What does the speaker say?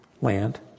land